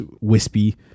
Wispy